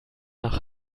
nach